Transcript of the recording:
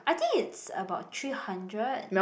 I think it's about three hundred